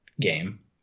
game